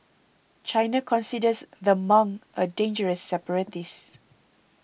China considers the monk a dangerous separatist